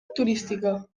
turística